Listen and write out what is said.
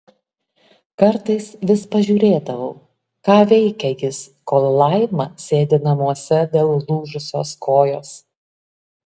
kartais vis pažiūrėdavau ką veikia jis kol laima sėdi namuose dėl lūžusios kojos